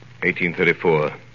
1834